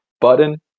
button